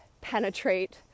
penetrate